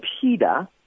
Peter